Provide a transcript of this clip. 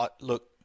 look